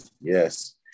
yes